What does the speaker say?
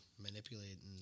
manipulating